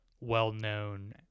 well-known